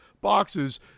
boxes